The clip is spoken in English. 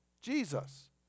Jesus